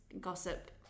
gossip